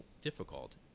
difficult